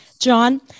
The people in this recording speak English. John